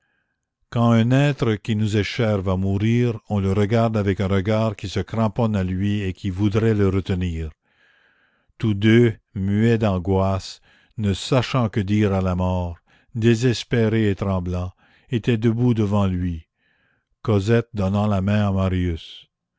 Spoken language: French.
quand un être qui nous est cher va mourir on le regarde avec un regard qui se cramponne à lui et qui voudrait le retenir tous deux muets d'angoisse ne sachant que dire à la mort désespérés et tremblants étaient debout devant lui cosette donnant la main à marius